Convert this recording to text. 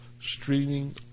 streaming